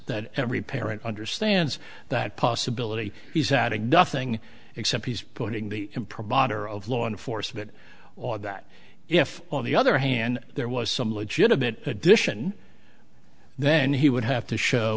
that every parent understands that possibility he's out of nothing except he's putting the imprimatur of law enforcement or that if on the other hand there was some legitimate addition then he would have to show